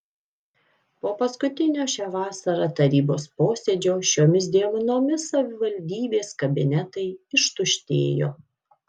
po paskutinio šią vasarą tarybos posėdžio šiomis dienomis savivaldybės kabinetai ištuštėjo